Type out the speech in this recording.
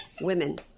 women